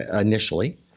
initially